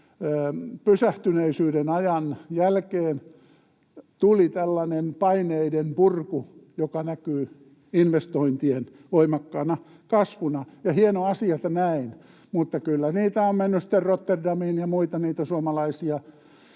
pysähtyneisyyden ajan jälkeen tuli tällainen paineiden purku, joka näkyy investointien voimakkaana kasvuna. Ja on hieno asia, että näin, mutta kyllä niitä on mennyt sitten Rotterdamiin ja muualle, niitä suomalaisia